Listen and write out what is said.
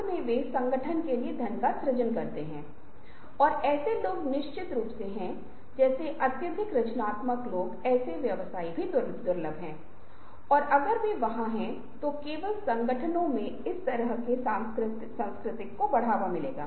अंत में विश्लेषण का मतलब है कि मुझे क्या चाहिए अंत में क्या है मेरे पास क्या संसाधन हैं मुझे उन्हें अच्छी तरह से एक साथ लाने दें